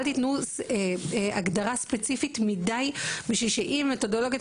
אל תיתנו הגדרה ספציפית מדי בשביל שאם מתודולוגיית